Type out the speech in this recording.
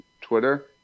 Twitter